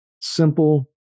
simple